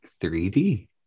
3D